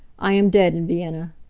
i am dead in vienna.